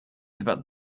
about